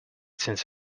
since